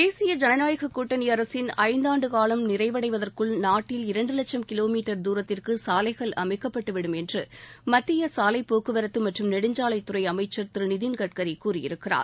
தேசிய ஜனநாயகக் கூட்டணி அரசின் ஐந்தாண்டுகாலம் நிறைவடைவதற்குள் நாட்டில் இரண்டு லட்சம் கிலோ மீட்டர் தூரத்திற்கு சாலைகள் அமைக்கப்பட்டு விடும் என்று மத்திய சாலை போக்குவரத்து மற்றும் நெடுஞ்சாலைத் துறை அமைச்சர் திரு நிதின் கட்கரி கூறியிருக்கிறார்